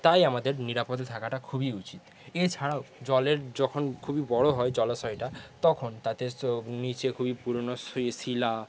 তাই আমাদের নিরাপদে থাকাটা খুবই উচিৎ এছাড়াও জলের যখন খুবই বড়ো হয় জলাশয়টা তখন তাদের নীচে খুবই পুরোনো শিলা